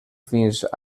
fins